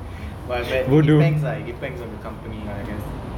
but I bet it depends it depends on the company lah I guess